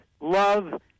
love